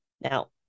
Now